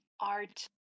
art